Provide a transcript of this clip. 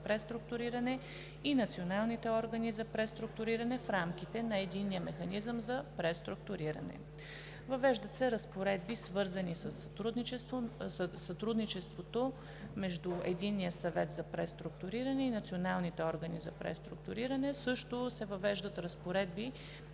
и националните органи за преструктуриране в рамките на Единния механизъм за преструктуриране. Въвеждат се разпоредби, свързани със сътрудничеството между Единния съвет за преструктуриране и националните органи за преструктуриране; разпоредби,